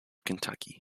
kentucky